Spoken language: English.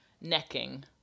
Necking